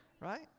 Right